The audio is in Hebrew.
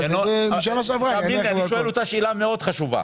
אני שואל אותה שאלה מאוד חשובה.